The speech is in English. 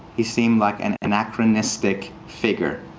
he seemed like an anachronistic figure.